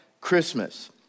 Christmas